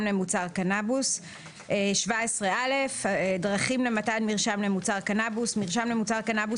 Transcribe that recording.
למוצר קנבוס דרכים למתן מרשם למוצר קנבוס 17א. מרשם למוצר קנבוס